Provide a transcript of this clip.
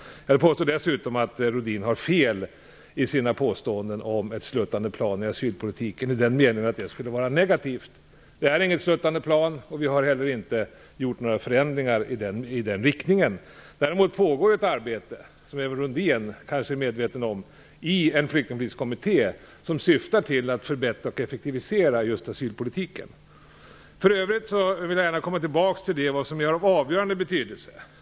Jag vill dessutom hävda att Rohdin har fel i sina påståenden om ett sluttande plan i asylpolitiken i den meningen att det skulle vara negativt. Det är inget sluttande plan, och vi har heller inte gjort några förändringar i den riktningen. Däremot pågår ett arbete, som även Rohdin kanske är medveten om, i en flyktingpolitisk kommitté som syftar till att förbättra och effektivisera just asylpolitiken. För övrigt vill jag gärna komma tillbaka till vad som är av avgörande betydelse.